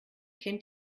kennt